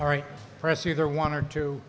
all right press either one or two